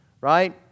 right